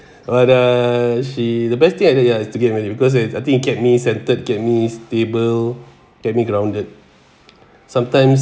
but uh she the best thing I've done ya it's to get married because I think it kept me centered kept me stable kept me grounded sometimes